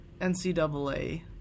NCAA